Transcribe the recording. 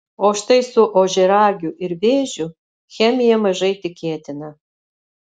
o štai su ožiaragiu ir vėžiu chemija mažai tikėtina